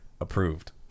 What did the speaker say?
approved